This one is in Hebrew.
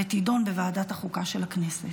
ותידון בוועדת החוקה של הכנסת.